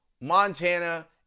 Montana